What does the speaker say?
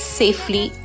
safely